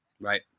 right